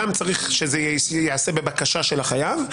גם צריך שזה ייעשה בבקשה של החייב,